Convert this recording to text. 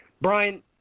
Brian